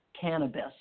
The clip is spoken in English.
Cannabis